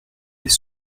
des